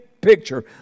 picture